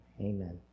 amen